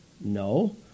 No